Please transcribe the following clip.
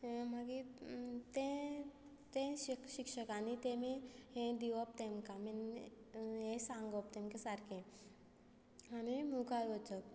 मागीर तें तें शिक शिक्षकांनी तांणी हें दिवप तांकां मीन हें सांगप तांकां सारकें आनी मुखार वचप